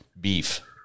beef